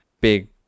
big